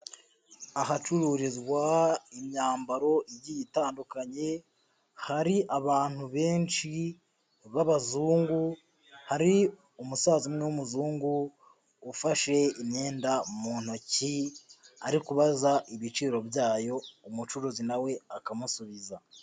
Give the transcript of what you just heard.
Ahacururizwa imyambaro igiye itandukanye, hari abantu benshi b'abazungu, hari umusaza umwe w'umuzungu ufashe imyenda mu ntoki, ari kubaza ibiciro byayo umucuruzi nawe akamusubiza.